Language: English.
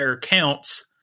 counts